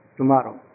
Tomorrow